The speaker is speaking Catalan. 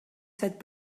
set